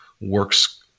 works